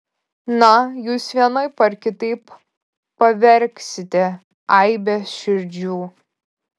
na jūs vienaip ar kitaip pavergsite aibes širdžių